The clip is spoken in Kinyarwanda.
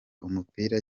umupira